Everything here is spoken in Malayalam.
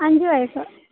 അഞ്ച് വയസ്സ്